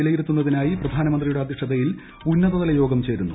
വിലയിരുത്തുന്നതിനായി പ്രധാനമന്ത്രിയുടെ അദ്ധൃക്ഷതയിൽ ഉന്നതതലയോഗം ചേരുന്നു